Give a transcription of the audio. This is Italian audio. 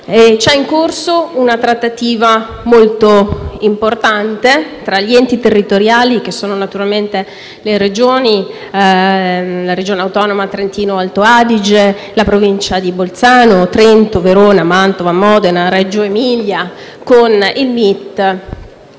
in corso una trattativa molto importante tra gli enti territoriali, che sono naturalmente le Regioni, la Regione autonoma Trentino-Alto Adige, la provincia di Bolzano, Trento, Verona, Mantova, Modena e Reggio Emilia e il